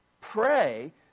Pray